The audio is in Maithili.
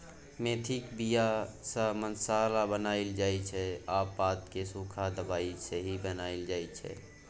मेथीक बीया सँ मसल्ला बनाएल जाइ छै आ पात केँ सुखा दबाइ सेहो बनाएल जाइ छै